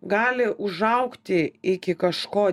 gali užaugti iki kažko